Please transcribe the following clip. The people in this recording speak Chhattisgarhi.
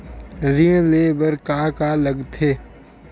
ऋण ले बर का का लगथे?